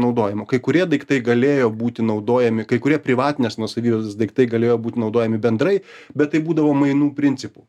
naudojimo kai kurie daiktai galėjo būti naudojami kai kurie privatinės nuosavybės daiktai galėjo būt naudojami bendrai bet tai būdavo mainų principu